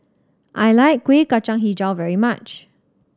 I like Kueh Kacang Hijau very much